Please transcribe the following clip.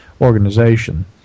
Organization